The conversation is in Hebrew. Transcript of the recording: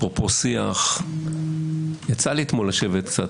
אפרופו שיח, יצא לי אתמול לשבת קצת